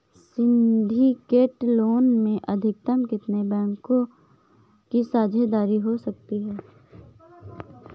Syndicate loan में अधिकतम कितने बैंकों की साझेदारी हो सकती है?